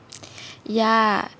ya